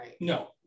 No